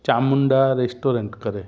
Chamunda restaurant करे